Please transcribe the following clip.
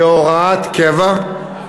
כהוראת קבע,